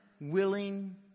willing